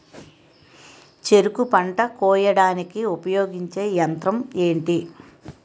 చెరుకు పంట కోయడానికి ఉపయోగించే యంత్రం ఎంటి?